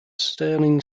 sterling